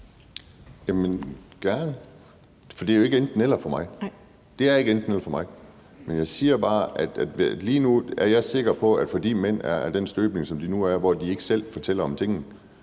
Jamen det vil jeg gerne. For det er jo ikke enten-eller for mig. Jeg siger bare, at lige nu er jeg sikker på, at fordi mænd er af den støbning, som de nu er, hvor de ikke selv fortæller om tingene,